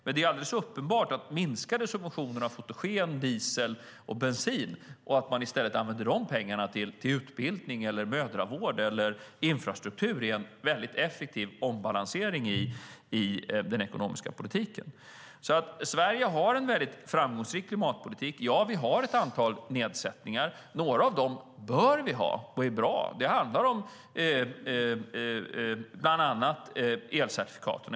Men det är alldeles uppenbart att minskade subventioner av fotogen, diesel och bensin kan användas till utbildning, mödravård eller infrastruktur. Det är en väldigt effektiv ombalansering i den ekonomiska politiken. Sverige har en väldigt framgångsrik klimatpolitik. Ja, vi har ett antal nedsättningar. Några av dem bör vi ha, och de är bra. Det handlar om bland annat elcertifikat.